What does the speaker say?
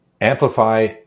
Amplify